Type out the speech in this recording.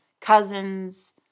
cousins